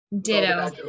Ditto